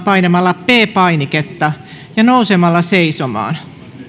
painamalla p painiketta ja nousemalla seisomaan